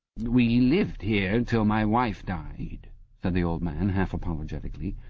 we lived here till my wife died said the old man half apologetically.